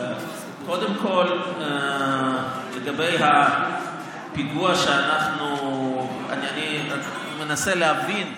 קודם כול, לגבי הפיגוע שאנחנו, אני מנסה להבין.